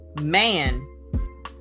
man